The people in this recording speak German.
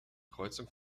kreuzung